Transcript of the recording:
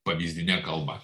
pavyzdine kalba